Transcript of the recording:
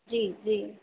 जी जी